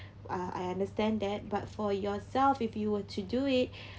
uh I understand that but for yourself if you were to do it